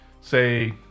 say